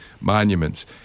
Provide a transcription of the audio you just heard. monuments